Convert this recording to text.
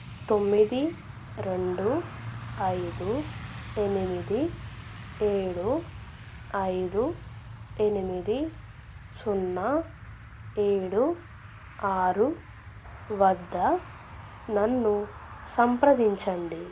తొమ్మిది రెండు ఐదు ఎనిమిది ఏడు ఐదు ఎనిమిది సున్నా ఏడు ఆరు వద్ద నన్ను సంప్రదించండి